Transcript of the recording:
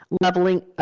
leveling